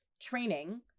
training